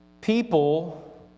people